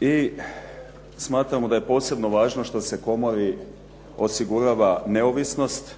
i smatramo da je posebno važno što se komori osigurava neovisnost,